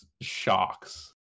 shocks